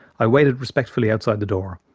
i waited respectfully outside the door.